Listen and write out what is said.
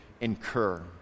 incur